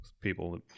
people